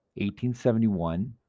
1871